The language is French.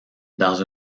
dans